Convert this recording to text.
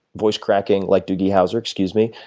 voice cracking like doogie howser, excuse me,